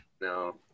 No